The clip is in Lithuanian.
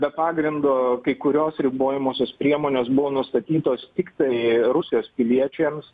be pagrindo kai kurios ribojamosios priemonės buvo nustatytos tiktai rusijos piliečiams